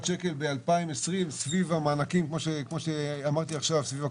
שקלים סביב המענקים בגלל הקורונה.